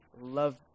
love